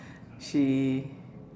she